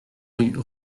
rue